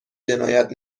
جنایت